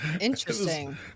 Interesting